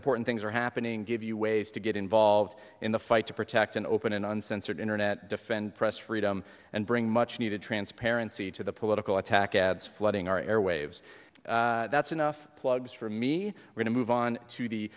important things are happening give you ways to get involved in the fight to protect and open an uncensored internet defend press freedom and bring much needed transparency to the political attack ads flooding our airwaves that's enough plugs for me going to move on to the